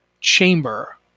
chamber